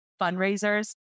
fundraisers